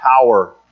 power